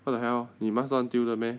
what the hell 你 mask 乱丢的 meh